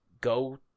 go